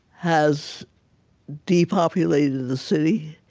has depopulated the city,